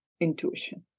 intuition